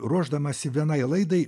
ruošdamasi vienai laidai